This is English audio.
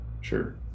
Sure